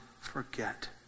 forget